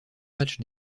match